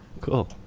cool